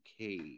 okay